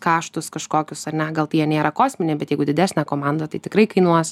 kaštus kažkokius ar ne gal tai jie nėra kosminiai bet jeigu didesnė komanda tai tikrai kainuos